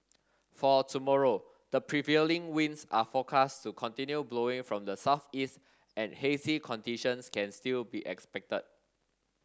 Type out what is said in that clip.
for tomorrow the prevailing winds are forecast to continue blowing from the southeast and hazy conditions can still be expected